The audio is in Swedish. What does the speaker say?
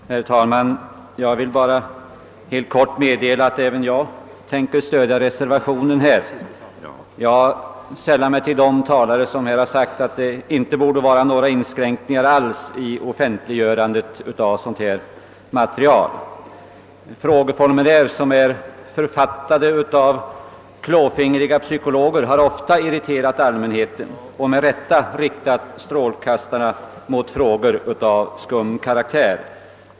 Herr talman! Jag vill bara helt kort meddela, att även jag ämnar stödja reservationen. Jag sällar mig till de talare som här har sagt att det inte bör finnas några inskränkningar i offentliggörandet av sådant material. Frågeformulär som är författade av klåfingriga psykologer har ofta irriterat allmänheten och med rätta riktat strålkastarna mot frågor av skum karaktär.